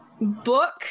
book